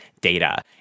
data